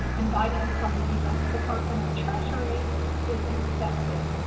and guidance from the u s. department of treasury is expected.